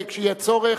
כשיהיה צורך,